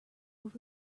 were